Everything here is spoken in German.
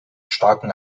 starkem